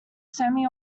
semi